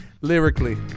lyrically